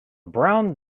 brown